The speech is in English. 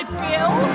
bill